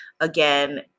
again